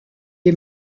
est